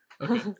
Okay